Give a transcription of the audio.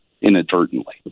inadvertently